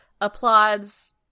applauds